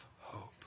hope